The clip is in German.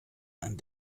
ein